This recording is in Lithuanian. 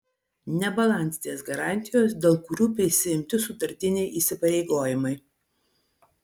nebalansinės garantijos dėl kurių prisiimti sutartiniai įsipareigojimai